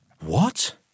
What